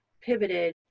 pivoted